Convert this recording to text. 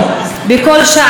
בכל שעה,